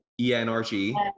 E-N-R-G